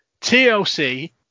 tlc